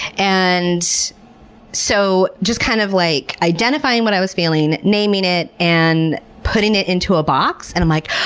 and so just kind of like identifying what i was feeling, naming it and putting it into a box and i'm like,